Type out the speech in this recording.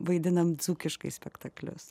vaidinam dzūkiškai spektaklius